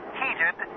heated